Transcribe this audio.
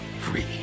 free